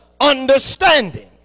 understanding